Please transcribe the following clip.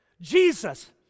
Jesus